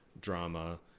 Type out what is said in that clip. drama